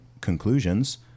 conclusions